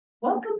welcome